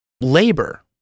labor